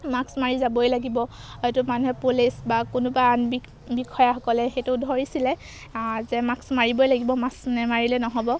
মাক্স মাৰি যাবই লাগিব হয়তো মানুহে পুলিচ বা কোনোবা আন বিষয়াসকলে সেইটো ধৰিছিলে যে মাক্স মাৰিবই লাগিব মাক্স নামাৰিলে নহ'ব